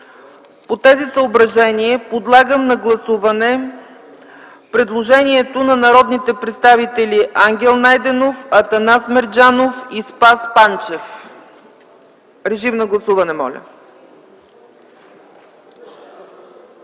По тези съображения подлагам на гласуване предложението на народните представители Ангел Найденов, Атанас Мерджанов и Спас Панчев. Гласували